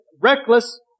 reckless